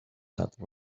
that